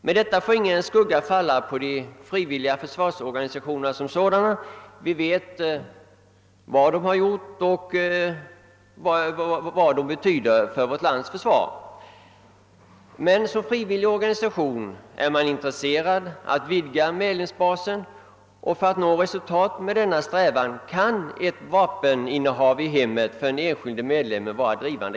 Med detta vill jag inte låta någon skugga falla över de frivilliga försvarsorganisationerna. Vi vet vad de gjort och vad de betyder för vart lands försvar. En frivillig organisation är emellertid intresserad av att vidga sin medlemsbas, och ett vapeninnehav i hemmet för den enskilde medlemmen kan verka som en positiv faktor i denna strävan.